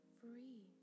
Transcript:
free